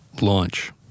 Launch